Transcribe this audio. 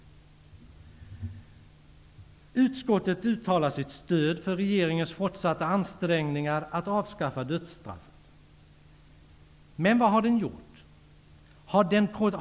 Utskottet uttalar sitt stöd för regeringens fortsatta ansträngningar att avskaffa dödsstraffet. Men vad har den gjort?